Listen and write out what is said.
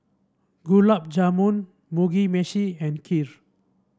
Gulab Jamun Mugi Meshi and Kheer